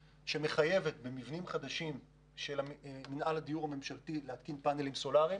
שמחייבת במבנים חדשים של מינהל הדיור הממשלתי להתקין פאנלים סולאריים.